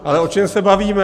Ale o čem se bavíme?